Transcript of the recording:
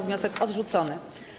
Wniosek odrzucony.